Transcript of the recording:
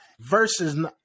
versus